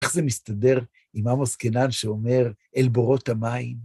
איך זה מסתדר עם עמוס קינן שאומר, אל בורות המים?